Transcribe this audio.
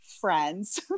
friends